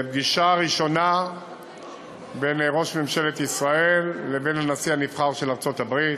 פגישה ראשונה בין ראש ממשלת ישראל לבין הנשיא הנבחר של ארצות-הברית.